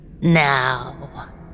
Now